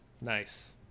Nice